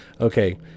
Okay